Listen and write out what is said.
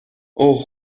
اوه